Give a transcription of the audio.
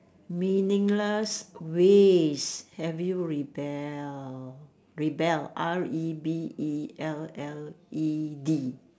meaningless ways have you rebel rebelled R E B E L L E D